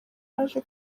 yaje